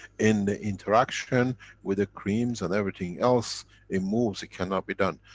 in the interaction with the creams and everything else it moves. it cannot be done.